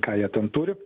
ką jie ten turi